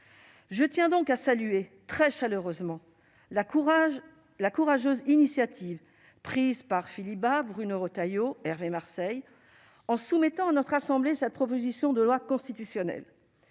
Je tiens donc à saluer très chaleureusement la courageuse initiative prise par Philippe Bas, Bruno Retailleau et Hervé Marseille qui ont soumis à notre assemblée cette proposition de loi constitutionnelle.